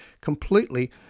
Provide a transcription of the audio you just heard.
completely